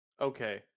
Okay